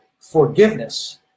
forgiveness